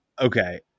Okay